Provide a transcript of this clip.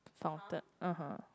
fountain (uh huh)